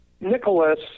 Nicholas